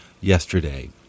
yesterday